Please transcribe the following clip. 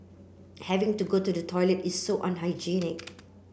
having to go to the toilet is so unhygienic